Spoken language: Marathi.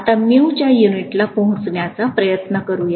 आता च्या युनिटला पोचण्याचा प्रयत्न करूया